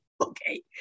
okay